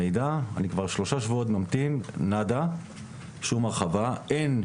אנחנו מתכנסים כאן לדיון המשך בעניין